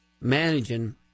managing